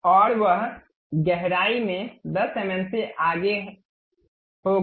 और वह गहराई में 10 एमएम से आगे होगा